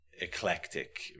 eclectic